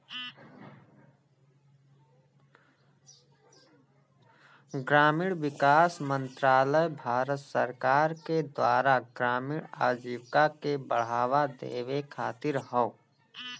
ग्रामीण विकास मंत्रालय भारत सरकार के द्वारा ग्रामीण आजीविका के बढ़ावा देवे खातिर हौ